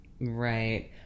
Right